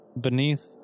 beneath